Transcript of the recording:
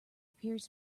appears